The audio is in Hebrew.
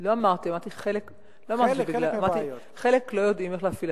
בגלל שהם לא יודעים להפעיל.